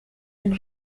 une